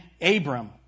Abram